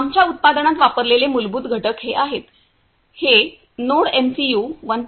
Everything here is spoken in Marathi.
आमच्या उत्पादनात वापरलेले मूलभूत घटक हे आहेत हे नोडएमसीयू 1